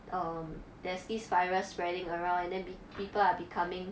um there's this virus spreading around and then pe~ people are becoming